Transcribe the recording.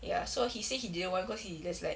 ya so he say he didn't want because he just like